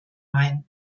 main